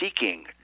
seeking